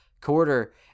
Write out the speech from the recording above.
quarter